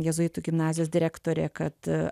jėzuitų gimnazijos direktorė kad